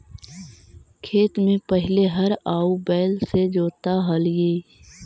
खेत में पहिले हर आउ बैल से जोताऽ हलई